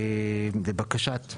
בבקשת,